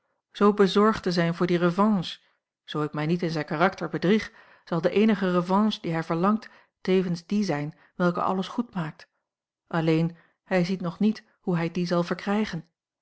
zoo bezorgd te zijn voor die revanche zoo ik mij niet in zijn karakter bedrieg zal de eenige revanche die hij verlangt tevens die zijn welke alles goed maakt alleen hij ziet nog niet hoe hij die zal verkrijgen